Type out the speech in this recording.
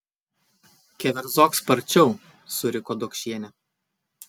keverzok sparčiau suriko dokšienė